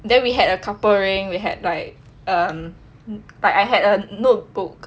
then we had a couple ring we had like um but I had a notebook